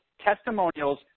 testimonials